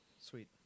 Sweet